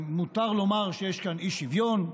מותר לומר שיש כאן אי-שוויון.